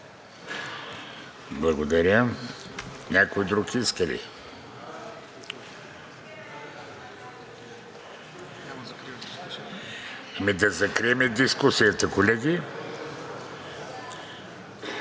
Благодаря. Някой друг иска ли? Да закрием дискусията, колеги,